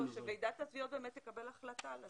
שוועידת התביעות תקבל החלטה.